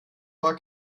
war